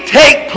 take